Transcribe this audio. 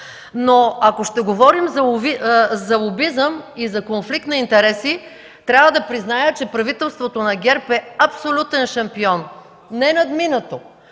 Ако ще говорим за лобизъм и за конфликт на интереси, трябва да призная, че правителството на ГЕРБ е абсолютен шампион – ненадминато.